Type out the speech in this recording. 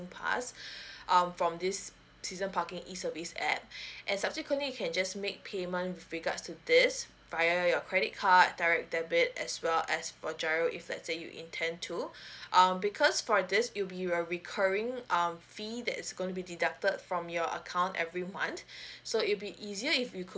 singpass um from this season parking e service app and subsequently you can just make payment with regards to this via your credit card direct debit as well as for giro if let say you intend to um because for this it will be recurring um fee that it's gonna be deducted from your account every month so it be easier if you could